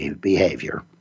behavior